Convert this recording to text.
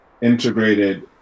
integrated